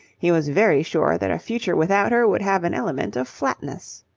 he was very sure that a future without her would have an element of flatness.